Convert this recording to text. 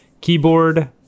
keyboard